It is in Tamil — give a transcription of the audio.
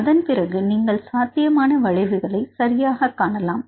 அதன் பிறகு நீங்கள் சாத்தியமான வளைவுகளை சரியாகக் காணலாம்